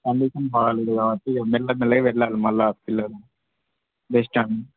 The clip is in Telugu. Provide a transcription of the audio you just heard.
కండిషన్ బాగాలేదు కాబట్టి మెల్లగా మెల్లగా వెళ్ళాలి మళ్ళా పిల్లలు బెస్ట్ అని